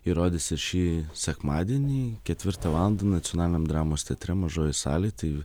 jį rodys ir šį sekmadienį ketvirtą valandą nacionaliniam dramos teatre mažojoj salėj tai